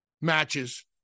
matches